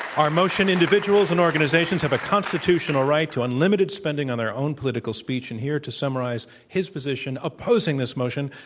our motion individuals and organizations have a constitutional right to unlimited spending on their own political speech, and here to summarize his position opposing this motion,